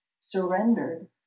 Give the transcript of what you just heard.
surrendered